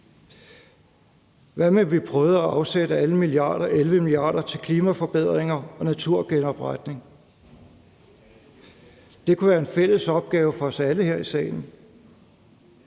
Hvad med, at vi prøvede at afsætte 11 mia. kr. til klimaforbedringer og naturgenopretning? Det kunne være en fælles opgave for os alle her i salen,